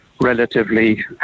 relatively